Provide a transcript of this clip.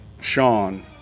Sean